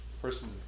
person